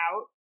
out